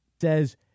says